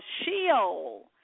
Sheol